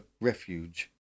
refuge